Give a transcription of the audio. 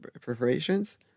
preparations